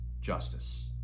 justice